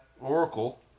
Oracle